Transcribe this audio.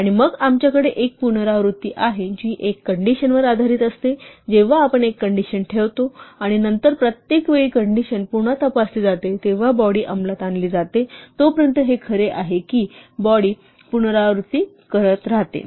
आणि मग आमच्याकडे एक पुनरावृत्ती आहे जी एक कंडिशनवर आधारित असते जेव्हा आपण एक कंडिशन ठेवतो आणि नंतर प्रत्येक वेळी कंडिशन पुन्हा तपासली जाते तेव्हा बॉडी अंमलात आणली जाते तोपर्यंत हे खरे आहे की बॉडी पुनरावृत्ती करत राहते